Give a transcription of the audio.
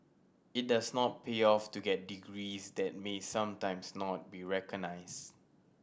it does not pay off to get degrees that may sometimes not be recognised